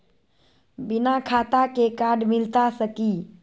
बिना खाता के कार्ड मिलता सकी?